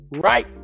right